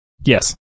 Yes